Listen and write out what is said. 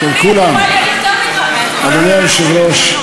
אדוני היושב-ראש,